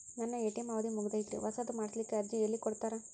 ನನ್ನ ಎ.ಟಿ.ಎಂ ಅವಧಿ ಮುಗದೈತ್ರಿ ಹೊಸದು ಮಾಡಸಲಿಕ್ಕೆ ಅರ್ಜಿ ಎಲ್ಲ ಕೊಡತಾರ?